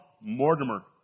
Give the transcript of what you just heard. Mortimer